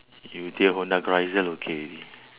you take honda car this one okay already